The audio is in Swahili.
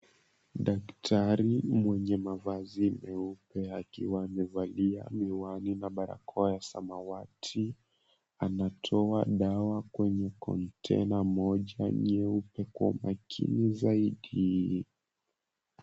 Daktari mwenye mavazi meupe akiwa amevalia miwani na barakoa ya samawati, anatoa dawa kwenye kontena moja nyeupe kwa makini zaidi.